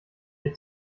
ihr